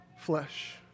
flesh